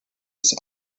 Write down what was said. ist